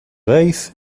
race